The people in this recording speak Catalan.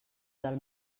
del